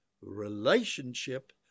relationship